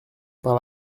par